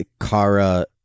Kara